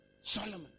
Solomon